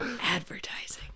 Advertising